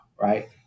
Right